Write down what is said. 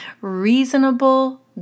Reasonable